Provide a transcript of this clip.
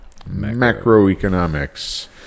macroeconomics